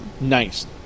Nice